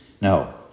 No